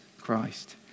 Christ